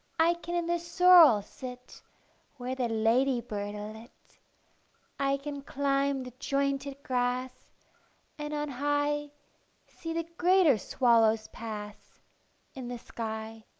i can in the sorrel sit where the ladybird alit. i can climb the jointed grass and on high see the greater swallows pass in the sky,